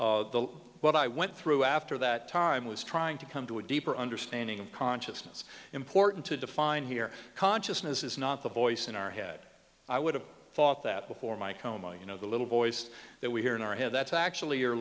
what i went through after that time was trying to come to a deeper understanding of consciousness important to define here consciousness is not the voice in our head i would have thought that before my coma you know the little voice that we hear in our head that's actually